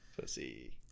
Pussy